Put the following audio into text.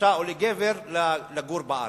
לאשה או לגבר לגור בארץ?